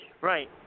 Right